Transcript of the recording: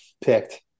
picked